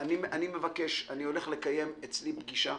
אני מבקש אני הולך לקיים אצלי פגישה.